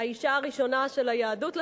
האשה הראשונה של היהדות,